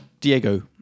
Diego